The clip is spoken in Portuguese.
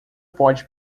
pode